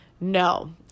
No